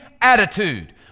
attitude